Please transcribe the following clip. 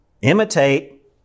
imitate